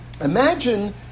Imagine